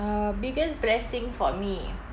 uh biggest blessing for me